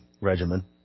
regimen